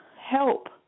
help